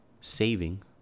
saving